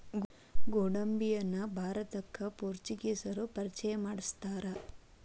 ಗೋಡಂಬಿಯನ್ನಾ ಭಾರತಕ್ಕ ಪೋರ್ಚುಗೇಸರು ಪರಿಚಯ ಮಾಡ್ಸತಾರ